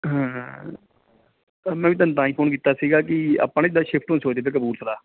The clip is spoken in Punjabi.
ਸਰ ਮੈਂ ਵੀ ਤੁਹਾਨੂੰ ਤਾਂ ਹੀ ਫੋਨ ਕੀਤਾ ਸੀਗਾ ਕਿ ਆਪਾਂ ਨਾ ਇੱਧਰ ਸ਼ਿਫਟ ਹੋਣ ਦੀ ਸੋਚਦੇ ਪਏ ਕਪੂਰਥਲਾ